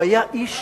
הוא היה איש,